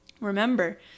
remember